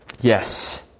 Yes